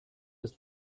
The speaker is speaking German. ist